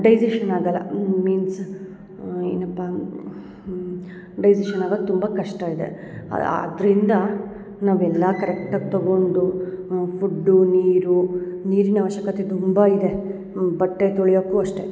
digestion ಆಗಲ್ಲ means ಏನಪ್ಪ digestion ಆಗದು ತುಂಬ ಕಷ್ಟ ಇದೆ ಆದ್ದರಿಂದ ನಾವು ಎಲ್ಲಾ ಕರೆಕ್ಟಾಗಿ ತಗೊಂಡು ಫುಡ್ಡು ನೀರು ನೀರಿನ ಆವಶ್ಯಕತೆ ತುಂಬಾ ಇದೆ ಬಟ್ಟೆ ತೊಳೆಯೋಕು ಅಷ್ಟೆ